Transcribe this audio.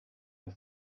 have